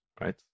right